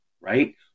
right